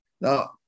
Now